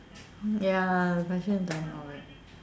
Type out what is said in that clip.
ya fashion